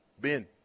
Ben